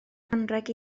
anrheg